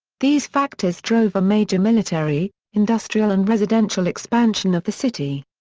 these factors drove a major military, industrial and residential expansion of the city.